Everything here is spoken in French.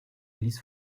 église